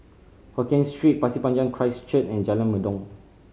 Hokien Street Pasir Panjang Christ Church and Jalan Mendong